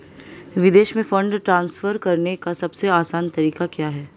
विदेश में fund transfer करने का सबसे आसान तरीका क्या है?